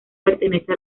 pertenece